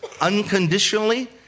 unconditionally